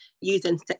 using